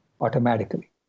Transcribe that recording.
automatically